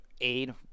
aid